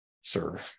sir